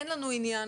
אין לנו ענין,